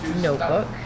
notebook